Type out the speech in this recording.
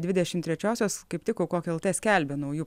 dvidešimt trečiosios kaip tik aukok lt skelbia naujų